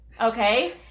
okay